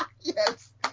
Yes